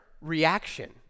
reaction